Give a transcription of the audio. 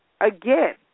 again